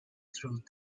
through